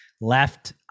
left